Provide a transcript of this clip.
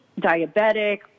diabetic